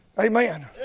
Amen